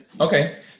okay